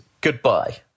Goodbye